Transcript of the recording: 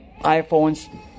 iPhones